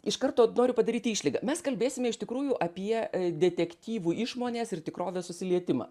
iš karto noriu padaryti išlygą mes kalbėsime iš tikrųjų apie detektyvų išmonės ir tikrovės susilietimą